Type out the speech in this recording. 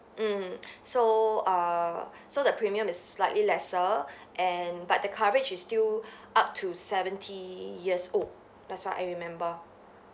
mm so err so the premium is slightly lesser and but the coverage is still up to seventy years old that's what I remember